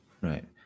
Right